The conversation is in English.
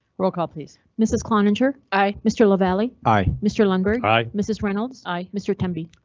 roll call please. mrs cloninger. aye. mr lavalley. aye. mr lundberg. aye. mrs reynolds. aye. mr temby.